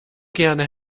gerne